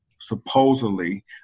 supposedly